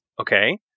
Okay